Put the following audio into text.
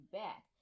back